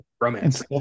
romance